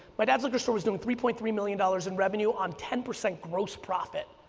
my dad's liquor store was doing three point three million dollars in revenue on ten percent gross profit.